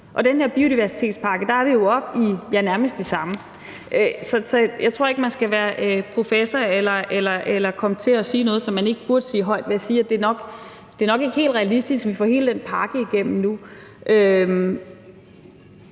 med den her biodiversitetspakke er vi jo oppe i nærmest det samme beløb. Så jeg tror ikke, at man skal være professor for at sige det her, eller at man kommer til at sige noget, som man ikke burde sige højt, ved at sige, at det nok ikke er helt realistisk, at vi får hele den pakke igennem nu.